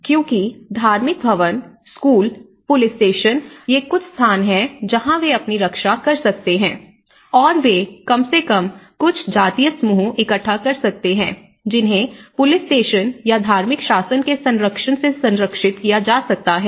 क्योंकि धार्मिक भवन स्कूल पुलिस स्टेशन ये कुछ स्थान हैं जहाँ वे अपनी रक्षा कर सकते हैं और वे कम से कम कुछ जातीय समूह इकट्ठा कर सकते हैं जिन्हें पुलिस स्टेशन या धार्मिक शासन के संरक्षण से संरक्षित किया जा सकता है